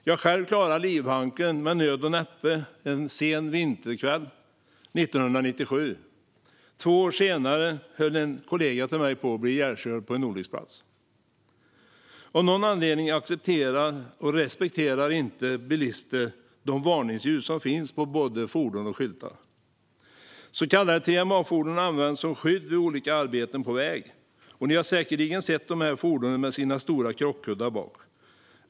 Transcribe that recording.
Jag själv klarade livhanken med nöd och näppe en sen vinterkväll 1997. Två år senare höll en kollega till mig på att bli ihjälkörd på en olycksplats. Av någon anledning accepterar och respekterar inte bilister de varningsljus som finns på både fordon och skyltar. Så kallade TMA-fordon används som skydd vid olika arbeten på väg. Ni har säkerligen sett dessa fordon med sina stora krockkuddar baktill.